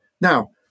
Now